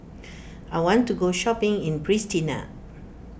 I want to go shopping in Pristina